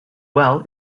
well